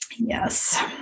Yes